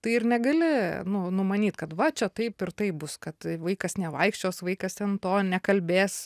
tai ir negali nu numanyt kad va čia taip ir taip bus kad vaikas nevaikščios vaikas ten to kalbės